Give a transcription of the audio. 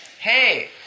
hey